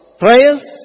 prayers